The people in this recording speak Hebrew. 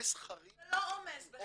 עומס חריג -- זה לא עומס, בחייך.